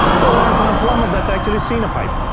go learn from a plumber that's actually seen a pipe.